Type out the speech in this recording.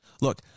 Look